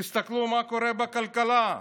תסתכלו מה קורה בכלכלה: